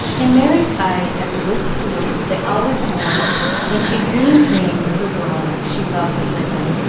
and merry's eyes had the wistful look they always wore when she dreamed dreams of the world she loved to live in.